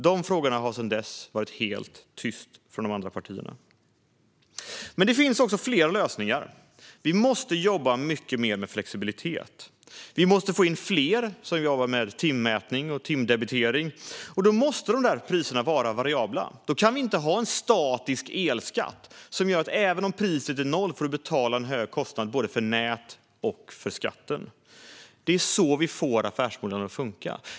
Sedan dess har det varit helt tyst om dessa frågor från de andra partierna. Men det finns också fler lösningar. Vi måste jobba mycket mer med flexibilitet. Vi måste få in fler som jobbar med timmätning och timdebitering, och då måste priserna vara variabla. Då kan vi inte ha en statisk elskatt som gör att du, även om priset är noll, får en hög kostnad för både nätet och skatten. Det är så vi får affärsmodellen att funka.